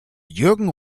jürgen